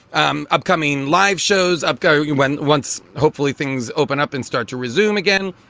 um upcoming live shows up go. you went once. hopefully things open up and start to resume again.